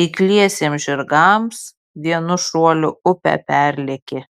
eikliesiems žirgams vienu šuoliu upę perlėkė